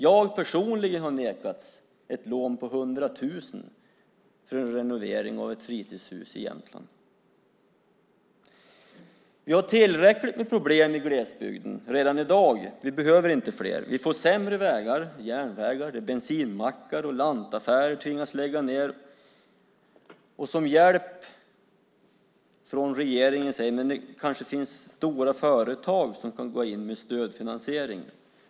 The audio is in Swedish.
Jag har personligen nekats ett lån på 100 000 för en renovering av ett fritidshus i Jämtland. Vi har tillräckligt med problem i glesbygden redan i dag. Vi behöver inte fler. Vi får sämre vägar och järnvägar, och bensinmackar och lantaffärer tvingas lägga ned. Som hjälp från regeringen säger ni att det kanske finns stora företag som kan gå in med stödfinansiering.